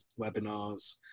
webinars